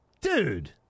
Dude